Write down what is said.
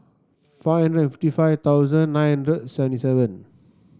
five hundred and fifty five thousand nine hundred seventy seven